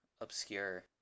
obscure